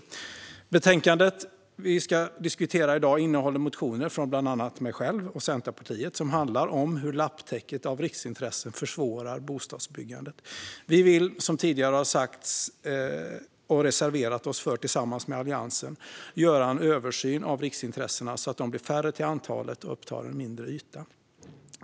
I betänkandet vi ska diskutera i dag behandlas motioner från bland annat mig själv och Centerpartiet som handlar om hur lapptäcket av riksintressen försvårar bostadsbyggande. Vi vill, som tidigare har sagts och som vi har reserverat oss för tillsammans med Alliansen, göra en översyn av riksintressena så att de blir färre till antalet och upptar mindre yta.